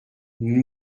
nous